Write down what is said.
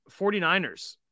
49ers